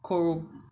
扣肉